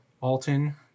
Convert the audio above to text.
Alton